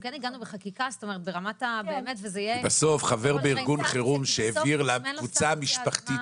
כי בסוף חבר בארגון חירום שהעביר לקבוצה המשפחתית